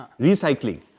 recycling